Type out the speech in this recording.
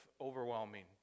overwhelming